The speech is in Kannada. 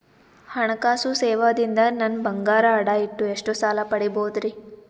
ಹಣಕಾಸು ಸೇವಾ ದಿಂದ ನನ್ ಬಂಗಾರ ಅಡಾ ಇಟ್ಟು ಎಷ್ಟ ಸಾಲ ಪಡಿಬೋದರಿ?